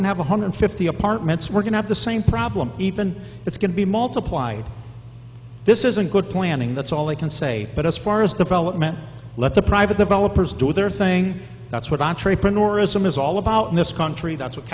going to have one hundred fifty apartments working at the same problem even it's going to be multiplied this isn't good planning that's all i can say but as far as development let the private developers do their thing that's what entrepreneurism is all about in this country that's what